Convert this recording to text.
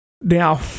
Now